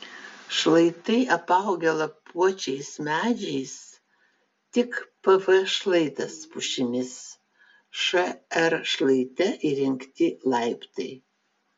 šlaitai apaugę lapuočiais medžiais tik pv šlaitas pušimis šr šlaite įrengti laiptai